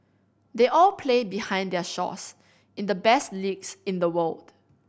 they all play behind their shores in the best leagues in the world